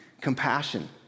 compassion